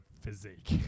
physique